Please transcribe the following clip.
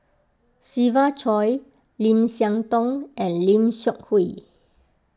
Siva Choy Lim Siah Tong and Lim Seok Hui